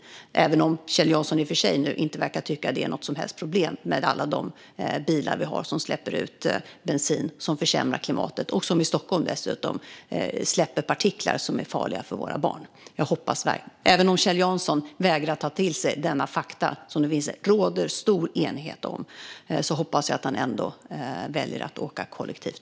Kjell Jansson verkar i och för sig inte tycka att det är något som helst problem med alla bilar som släpper ut avgaser som försämrar klimatet och som i Stockholm dessutom släpper ut partiklar som är farliga för våra barn. Även om Kjell Jansson vägrar att ta till sig de fakta som det råder stor enighet om hoppas jag att han ibland väljer att åka kollektivt.